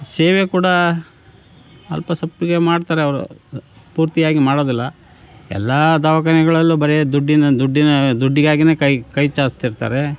ಸೇವೆ ಕೂಡ ಅಲ್ಪ ಸಪ್ಪಗೆ ಮಾಡ್ತಾರೆ ಅವರು ಪೂರ್ತಿಯಾಗಿ ಮಾಡೋದಿಲ್ಲ ಎಲ್ಲ ದವಾಖಾನೆಗಳಲ್ಲೂ ಬರೇ ದುಡ್ಡಿನ ದುಡ್ಡಿನ ದುಡ್ಡಿಗಾಗಿನೇ ಕೈ ಕೈ ಚಾಚ್ತಿರ್ತಾರೆ